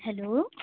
hello